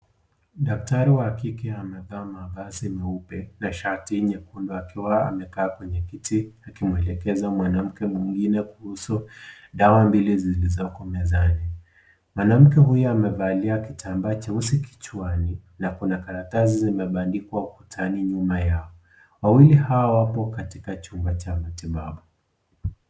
Daktari wa kike amevaa mavazi meupe na shati nyekundu akiwa amekaa kwenye kiti akimwelekeza mwanamke mwingine kuhusu dawa mbili zikizoko mezani. Mwanamke huyu amevalia kitambaa cheusi kichwani na kuna karatasi zilizobandikwa ukutani nyuma yao. Wawili hawa wapo katika chumba cha matibabu.